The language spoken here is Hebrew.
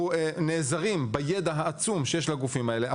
אנחנו נעזרים בידע העצום שיש לגופים האלה,